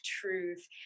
truth